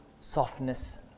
softness